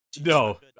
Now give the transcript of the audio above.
No